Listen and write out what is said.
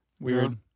Weird